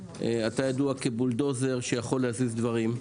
אתה ידוע כבולדוזר שיכול להזיז דברים.